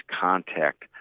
contact